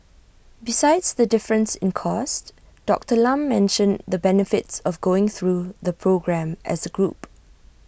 besides the difference in cost Doctor Lam mentioned the benefits of going through the programme as A group